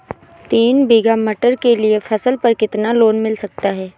तीन बीघा मटर के लिए फसल पर कितना लोन मिल सकता है?